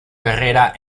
carrera